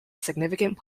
significant